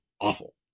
awful